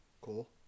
Cool